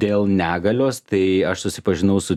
dėl negalios tai aš susipažinau su